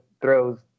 throws